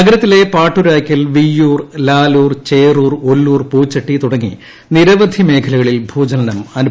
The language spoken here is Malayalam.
നഗരത്തിലെ പാട്ടുരായ്ക്കൽ വിയ്യൂർ ലാലൂർ ചേറൂർ ഒല്ലൂർ പൂച്ചട്ടി തുടങ്ങി നിരവധി മേഖലകളിൽ ഭൂചലനം അനുഭവപ്പെട്ടു